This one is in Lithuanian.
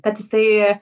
kad jisai